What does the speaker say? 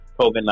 COVID